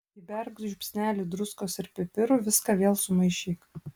įberk žiupsnelį druskos ir pipirų viską vėl sumaišyk